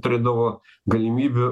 turėdavo galimybių